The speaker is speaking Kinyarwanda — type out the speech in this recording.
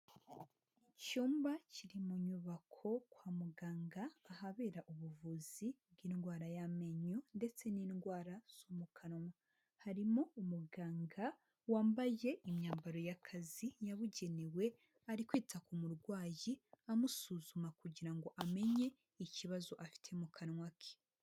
Icyumba kiri mu nyubako kwa muganga ahabera ubuvuzi bw'indwara y'amenyo ndetse n'indwara zo mu kanwa, harimo umuganga wambaye imyambaro y'akazi yabugenewe, ari kwita ku murwayi, amusuzuma kugira ngo amenye ikibazo afite mu kanwa ke.